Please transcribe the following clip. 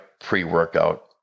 pre-workout